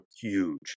huge